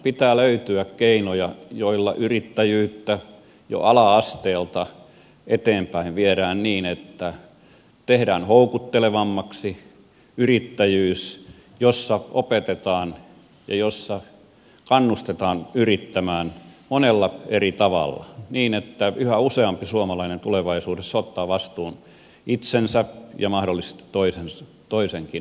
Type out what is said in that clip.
pitää löytyä keinoja joilla yrittäjyyttä jo ala asteelta eteenpäin viedään niin että tehdään houkuttelevammaksi yrittäjyys joilla opetetaan ja joilla kannustetaan yrittämään monella eri tavalla niin että yhä useampi suomalainen tulevaisuudessa ottaa vastuun itsensä ja mahdollisesti toisenkin yrittämisestä